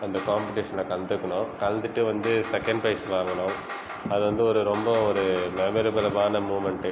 அந்த காம்பெட்டிஷனில் கலந்துக்கினோம் கலந்துகிட்டு வந்து செகண்ட் ப்ரைஸ் வாங்கினோம் அது வந்து ஒரு ரொம்ப ஒரு மெமரபிலபலான மூமெண்ட்டு